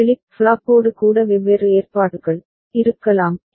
flip ஃப்ளாப்போடு கூட வெவ்வேறு ஏற்பாடுகள் இருக்கலாம்